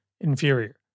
inferior